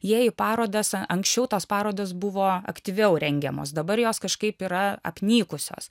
jie į parodas aanksčiau tos parodos buvo aktyviau rengiamos dabar jos kažkaip yra apnykusios